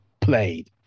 played